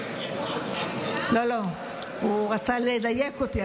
לא, לא, הוא רצה לדייק אותי.